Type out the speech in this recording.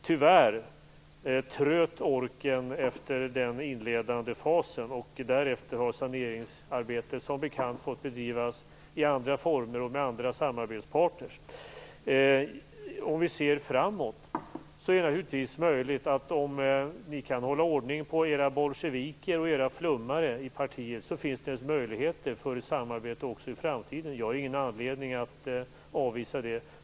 Tyvärr tröt orken efter den inledande fasen, och därefter har saneringsarbetet som bekant fått bedrivas i andra former och med andra samarbetspartner. Om vi ser framåt finns det naturligtvis möjligheter - om ni kan hålla ordning på era bolsjeviker och flummare i partiet - till ett samarbete också i framtiden. Jag har ingen anledning att avvisa det.